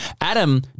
adam